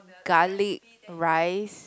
garlic rice